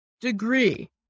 degree